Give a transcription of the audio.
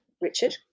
richard